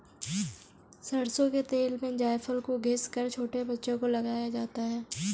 सरसों के तेल में जायफल को घिस कर छोटे बच्चों को लगाया जाता है